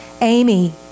Amy